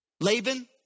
Laban